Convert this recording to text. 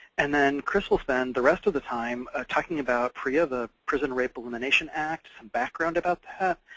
and then chris will spend the rest of the time talking about prea the prison rape elimination act some background about that,